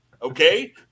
Okay